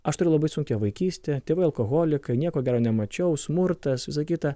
aš turėjau labai sunkią vaikystę tėvai alkoholikai nieko gero nemačiau smurtas visa kita